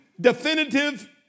definitive